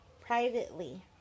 privately